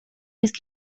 jest